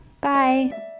bye